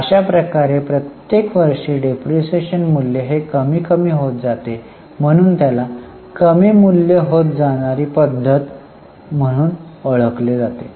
अशाप्रकारे प्रत्येक वर्षी डिप्रीशीएशन मूल्य हे कमी कमी होत जाते म्हणून त्याला कमी मूल्य होणारी पद्धत म्हणून ओळखले जाते